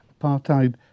apartheid